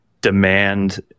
demand